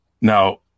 Now